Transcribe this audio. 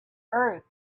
earth